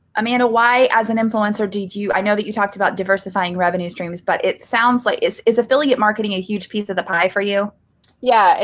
amanda, why as an influencer did you i know that you talked about diversifying revenue streams? but it sounds like is is affiliate marketing a huge piece of the pie for you? yeah amanda